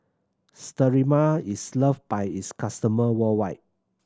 Sterimar is loved by its customer worldwide